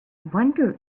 wonder